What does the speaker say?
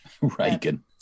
Reagan